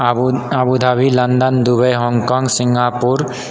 Abu Dhabi London Dubai Hong Kong Singapore